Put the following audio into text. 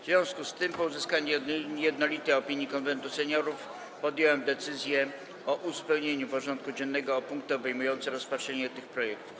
W związku z tym, po uzyskaniu jednolitej opinii Konwentu Seniorów, podjąłem decyzję o uzupełnieniu porządku dziennego o punkty obejmujące rozpatrzenie tych projektów.